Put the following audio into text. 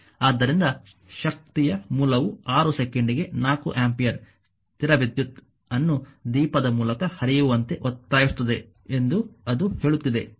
ಆದ್ದರಿಂದ ಶಕ್ತಿಯ ಮೂಲವು 6 ಸೆಕೆಂಡಿಗೆ 4 ಆಂಪಿಯರ್ನ ಸ್ಥಿರ ವಿದ್ಯುತ್ ಅನ್ನು ದೀಪದ ಮೂಲಕ ಹರಿಯುವಂತೆ ಒತ್ತಾಯಿಸುತ್ತದೆ ಎಂದು ಅದು ಹೇಳುತ್ತಿದೆ